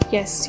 Yes